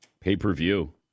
Pay-per-view